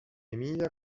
emilia